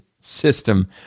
system